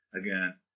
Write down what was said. again